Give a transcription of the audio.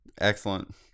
Excellent